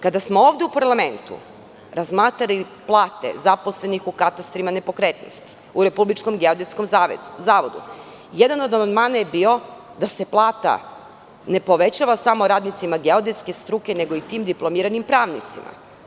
Kada smo ovde u parlamentu razmatrali plate zaposlenih u katastrima nepokretnosti u Republičkom geodetskom zavodu, jedan od amandmana je bio da se plata ne povećava samo radnicima geodetske struke, nego i tim diplomiranim pravnicima.